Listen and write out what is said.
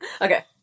Okay